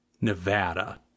nevada